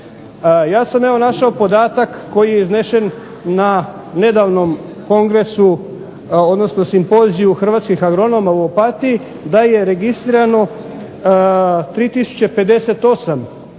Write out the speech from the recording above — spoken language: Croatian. Ja sam evo našao podatak koji je iznesen na nedavnom kongresu odnosno Simpoziju hrvatskih agronoma u Opatiji da je registrirano 3058.